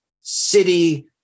city